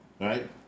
Right